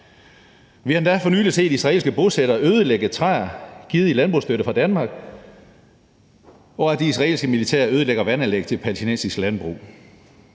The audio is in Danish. Vi har endda for nylig set israelske bosættere ødelægge træer givet i landbrugsstøtte af Danmark, og vi har set, at det israelske militær ødelægger vandanlæg til palæstinensisk landbrug.